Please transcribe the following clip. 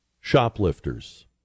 shoplifters